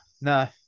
no